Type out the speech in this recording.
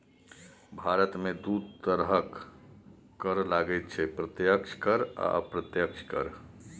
भारतमे दू तरहक कर लागैत छै प्रत्यक्ष कर आ अप्रत्यक्ष कर